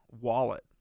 wallet